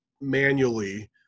manually